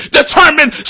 determined